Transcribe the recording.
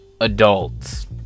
adults